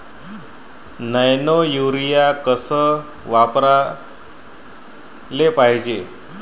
Nano urea कस वापराले पायजे?